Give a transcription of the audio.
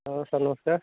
ହଁ ସାର୍ ନମସ୍କାର